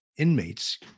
Inmates